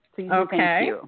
Okay